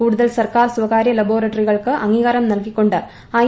കൂടുതൽ സർക്കാർ സ്വകാര്യ ലബോറട്ടറികൾക്ക് അംഗീകാരം നൽകികൊണ്ട് ഐ